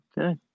Okay